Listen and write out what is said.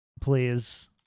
please